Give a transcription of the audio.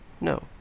No